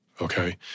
Okay